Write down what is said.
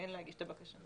להגיש את הבקשה.